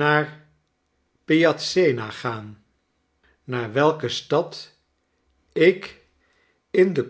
naar p i ac e n z a gaan naar welke stad ik in de